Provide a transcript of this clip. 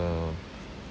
uh